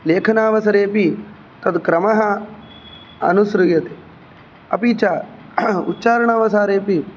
लेखनावसरेपि तद् क्रमः अनुस्रूयते अपि च उच्चारणावसारे अपि